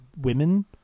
women